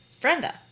Brenda